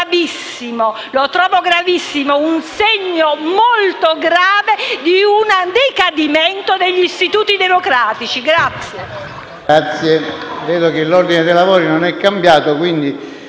difforme lo trovo gravissimo. È un segno molto grave di un decadimento degli istituti democratici.